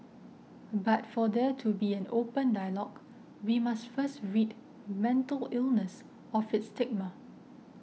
but for there to be an open dialogue we must first rid mental illness of its stigma